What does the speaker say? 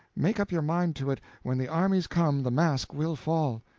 make up your mind to it when the armies come, the mask will fall.